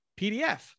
PDF